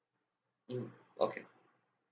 mm okay